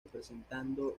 representando